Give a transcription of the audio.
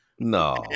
No